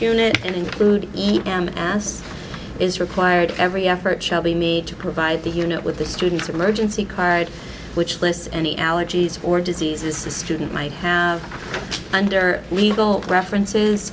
unit and include each and as is required every effort shall be made to provide the unit with the student's emergency card which lists any allergies or diseases the student might have under legal preferences